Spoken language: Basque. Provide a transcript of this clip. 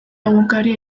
egunkari